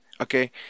okay